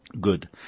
good